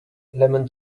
lemon